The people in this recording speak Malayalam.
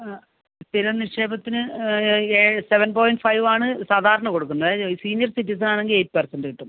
ആ സ്ഥിരം നിക്ഷേപത്തിന് ഏഴ് സെവൻ പോയിൻറ്റ് ഫൈവ് ആണ് സാധാരണ കൊടുക്കുന്നത് സീനിയർ സിറ്റിസൺ ആണെങ്കിൽ എയിറ്റ് പെർസെൻറ്റ് കിട്ടും